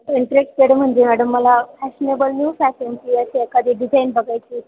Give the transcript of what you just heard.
interested म्हणजे madam मला fashionable new फॅशनची एखादी डिझाईन बघायची होती